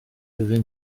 iddyn